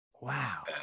wow